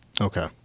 Okay